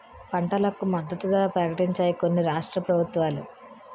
పంటలకు మద్దతు ధర ప్రకటించాయి కొన్ని రాష్ట్ర ప్రభుత్వాలు